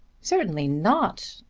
certainly not.